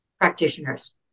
practitioners